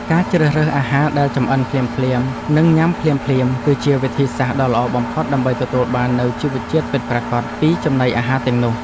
ការជ្រើសរើសអាហារដែលចម្អិនភ្លាមៗនិងញ៉ាំភ្លាមៗគឺជាវិធីសាស្ត្រដ៏ល្អបំផុតដើម្បីទទួលបាននូវជីវជាតិពិតប្រាកដពីចំណីអាហារទាំងនោះ។